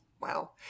Wow